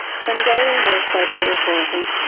from daily newspaper reporting,